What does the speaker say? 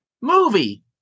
Movie